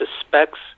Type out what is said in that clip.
suspects